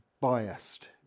biased